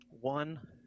one